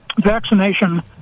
vaccination